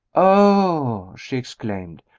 oh! she exclaimed,